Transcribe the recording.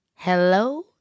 Hello